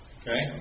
okay